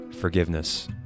forgiveness